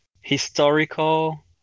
historical